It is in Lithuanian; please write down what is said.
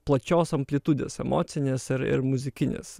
plačios amplitudės emocinės ir ir muzikinės